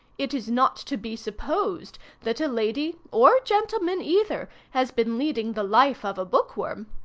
it is not to be supposed that a lady, or gentleman either, has been leading the life of a book worm.